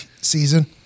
season